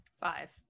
Five